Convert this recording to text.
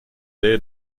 near